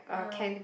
ah